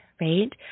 right